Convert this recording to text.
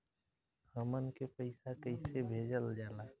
हमन के पईसा कइसे भेजल जाला?